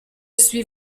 suis